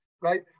right